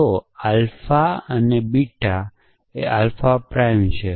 તો આ આલ્ફા છે અને આ બીટા છે અને આ આલ્ફા પ્રાઇમ છે